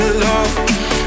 love